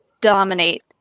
dominate